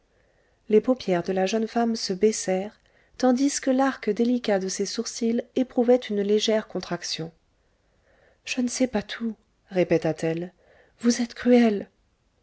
les paupières de la jeune femme se baissèrent tandis que l'arc délicat de ses sourcils éprouvait une légère contraction je ne sais pas tout répéta-t-elle vous êtes cruel